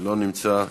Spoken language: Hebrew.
לא נמצא,